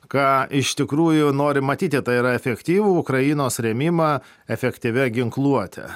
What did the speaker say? ką iš tikrųjų norim matyti tai yra efektyvų ukrainos rėmimą efektyvia ginkluote